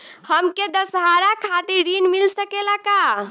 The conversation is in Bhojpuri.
हमके दशहारा खातिर ऋण मिल सकेला का?